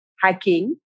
hacking